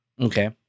Okay